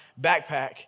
backpack